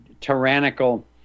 tyrannical